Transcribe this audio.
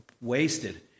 wasted